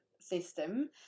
system